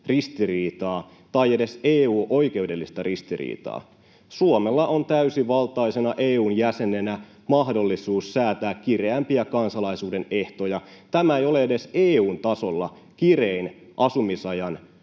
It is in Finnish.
tai edes EU-oikeudellista ristiriitaa. Suomella on täysivaltaisena EU:n jäsenenä mahdollisuus säätää kireämpiä kansalaisuuden ehtoja. Tämä, minkä Suomi nyt säätää, ei ole edes EU:n tasolla kirein asumisajan taso.